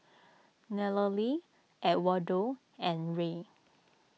Nallely Edwardo and Rey